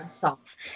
thoughts